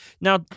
Now